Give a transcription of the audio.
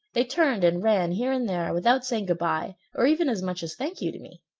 they turned and ran here and there without saying good-by or even as much as thank you to me.